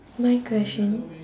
my question